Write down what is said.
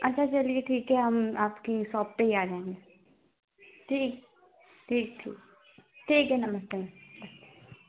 अच्छा चलिए ठीक है हम आपकी शॉप पर ही आ जाएँगे ठीक ठीक ठीक ठीक है नमस्ते